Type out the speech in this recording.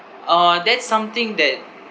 uh that's something that